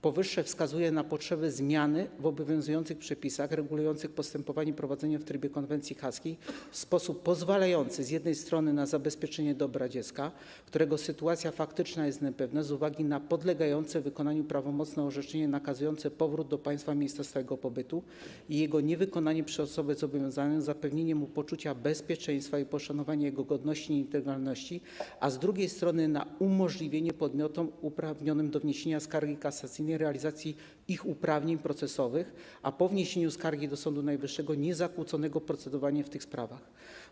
Powyższe wskazuje na potrzeby zmiany w obowiązujących przepisach regulujących postępowanie prowadzone w trybie konwencji haskiej w sposób pozwalający z jednej strony na zabezpieczenie dobra dziecka, którego sytuacja faktyczna jest niepewna z uwagi na podlegające wykonaniu prawomocne orzeczenie nakazujące powrót do państwa miejsca stałego pobytu i jego niewykonanie przez osobę zobowiązaną, zapewnienie mu poczucia bezpieczeństwa i poszanowania jego godności i integralności, a z drugiej strony na umożliwienie podmiotom uprawnionym do wniesienia skargi kasacyjnej realizacji ich uprawnień procesowych, a po wniesieniu skargi do Sądu Najwyższego niezakłóconego procedowania w tych sprawach.